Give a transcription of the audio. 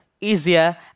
easier